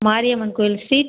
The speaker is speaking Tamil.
மாரியம்மன் கோயில் ஸ்ட்ரீட்